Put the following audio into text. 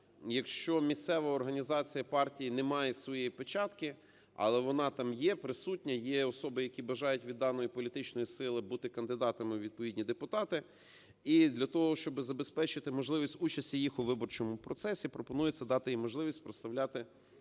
Якщо місцева організація партії не має своєї печатки, але вона там є присутня, є особи, які бажають від даної політичної сили бути кандидатом у відповідні депутати, і для того, щоб забезпечити можливість участі їх у виборчому процесі, пропонується дати їм можливість проставляти